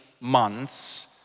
months